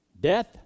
death